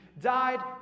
died